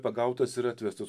pagautas ir atvestas